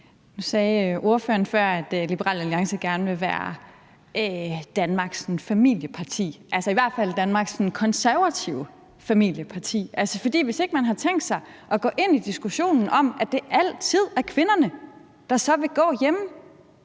Nu sagde ordføreren før, at Liberal Alliance gerne vil være Danmarks familieparti, altså i hvert fald Danmarks sådan konservative familieparti. Men hvis ikke man har tænkt sig at gå ind i diskussionen om, at det altid er kvinderne, der så vil gå hjemme,